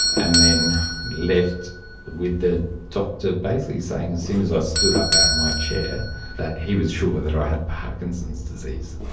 and then left with the doctor basically saying as soon as i stood up out of my chair that he was sure that i had parkinson's disease.